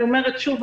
אני אומרת שוב,